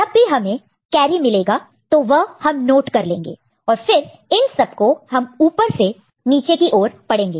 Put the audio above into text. जब भी हमें कैरी मिलेगा तो वह हम नोट कर लेंगे और फिर इन सबको हम ऊपर से नीचे की ओर पढ़ेंगे